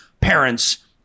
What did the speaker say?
parents